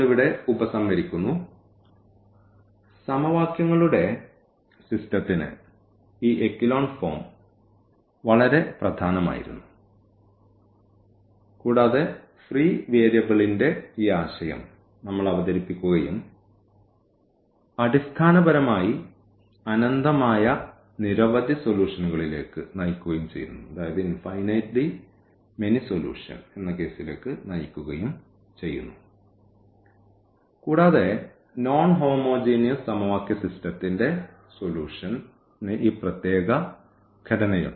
ഇവിടെ ഉപസംഹരിക്കുന്നു സമവാക്യങ്ങളുടെ സിസ്റ്റത്തിന് ഈ എക്കലോൺ ഫോം വളരെ പ്രധാനമായിരുന്നു കൂടാതെ ഫ്രീ വേരിയബിളിന്റെ ഈ ആശയം നമ്മൾ അവതരിപ്പിക്കുകയും അടിസ്ഥാനപരമായി അനന്തമായ നിരവധി സൊല്യൂഷനുകളിലേക്ക് നയിക്കുകയും ചെയ്യുന്നു കൂടാതെ നോൺഹോമോജിനിയസ് സമവാക്യ സിസ്റ്റത്തിന്റെ സൊല്യൂഷന് ഈ പ്രത്യേക ഘടനയുണ്ട്